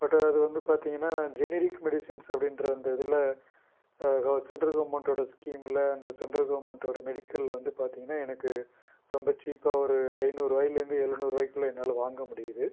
but அது வந்து பார்த்திங்கன்னா நான் ஜெனிரிக் மெடிசன்ஸ் அப்படின்ற அந்த இதில் க சென்ட்ரல் கவர்மண்டோட ஸ்கீமில் அந்த சென்ட்ரல் கவர்மண்டோடய மெடிக்கலில் வந்து பார்த்திங்கன்னா எனக்கு ரொம்ப சீப்பாக ஒரு ஐநூறு ரூபாயிலேருந்து எழுநூறு ரூபாய்க்குள்ளே என்னால் வாங்க முடியிது